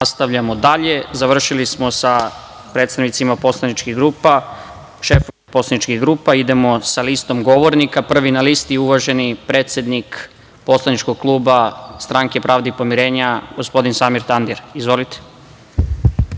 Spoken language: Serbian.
izlaganju. Nastavljamo dalje. Završili smo sa predstavnicima poslaničkih grupa, šefova poslaničkih grupa. Idemo sa listom govornika. Prvi na listi je uvaženi predsednik poslaničkog kluba Stranke pravde i pomirenja, gospodin Samir Tandir. Izvolite.